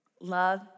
love